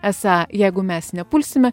esą jeigu mes nepulsime